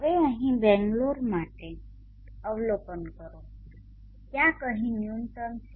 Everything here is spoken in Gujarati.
હવેઅહીં બેંગલોર માટે અવલોકન કરો ક્યાંક અહીં ન્યૂનત્તમ છે